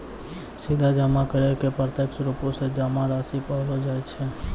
सीधा जमा करै के प्रत्यक्ष रुपो से जमा राशि कहलो जाय छै